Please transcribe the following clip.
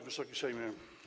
Wysoki Sejmie!